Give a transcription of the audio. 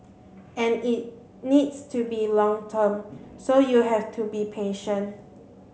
and it needs to be long term so you have to be patient